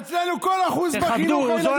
אצלנו כל אחוז בחינוך הילדים שלנו זה כואב,